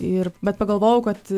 ir bet pagalvojau kad